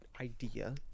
idea